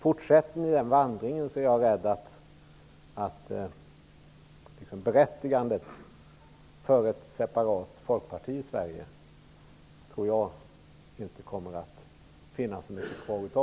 Fortsätter ni den vandringen är jag rädd att det inte kommer att finns mycket kvar av berättigandet för ett separat folkparti i Sverige.